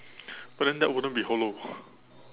but then that wouldn't be hollow